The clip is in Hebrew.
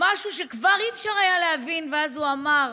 משהו שכבר אי-אפשר היה להבין, ואז הוא אמר: